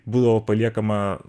būdavo paliekama